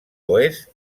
oest